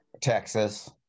Texas